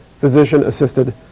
physician-assisted